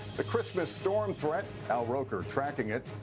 the christmas storm threat al roker tracking it.